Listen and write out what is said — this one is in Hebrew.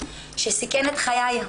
שסיכן את חיי.